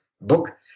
book